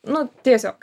nu tiesiog